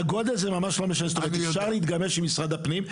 הגודל ממש לא משנה, אפשר להתגמש עם משרד הפנים.